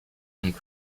and